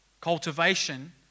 Cultivation